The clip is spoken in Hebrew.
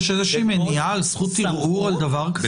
יש איזושהי מניעה על זכות ערעור על דבר כזה?